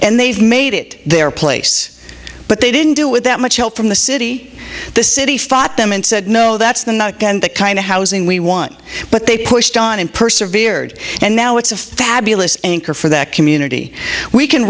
and they've made it their place but they didn't do with that much help from the city the city fought them and said no that's the not the kind of housing we want but they pushed on and persevered and now it's a fabulous anchor for that community we can